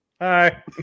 Hi